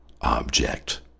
object